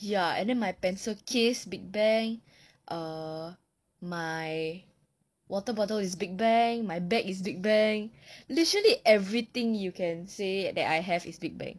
ya and then my pencil case big bang uh my water bottle is big bang my bag is big bang literally everything you can say that I have is big bang